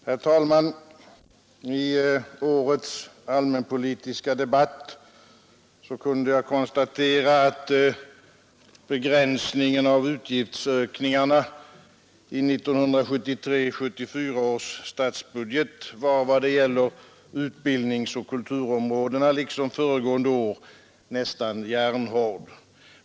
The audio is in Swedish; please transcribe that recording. Herr talman! I årets allmänpolitiska debatt kunde jag konstatera, att begränsningen av utgiftsökningarna i 1973/74 års statsbudget var i vad gäller utbildningsoch kulturområdena liksom föregående år nästan järnhård.